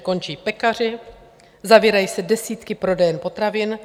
Končí pekaři, zavírají se desítky prodejen potravin.